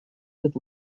with